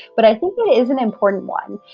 but i think it is an important one.